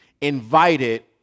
invited